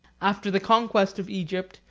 after the conquest of egypt,